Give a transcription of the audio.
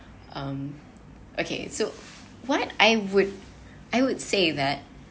um okay so what I would I would say that